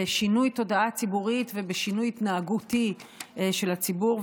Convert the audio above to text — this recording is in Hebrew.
בשינוי תודעה ציבורית ובשינוי התנהגותי של הציבור.